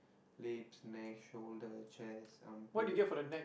lips neck shoulder chest armpit